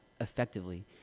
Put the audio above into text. effectively